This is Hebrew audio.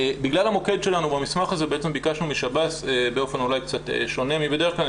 בגלל המוקד שלנו במסמך הזה ביקשנו משב"ס באופן אולי קצת שונה מבדרך כלל,